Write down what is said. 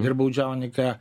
ir baudžiauninką